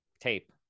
Tape